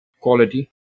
quality